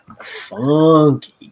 funky